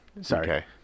Sorry